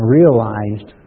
realized